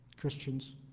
Christians